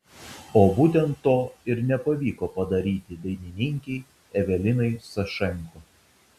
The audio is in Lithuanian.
o būtent to ir nepavyko padaryti dainininkei evelinai sašenko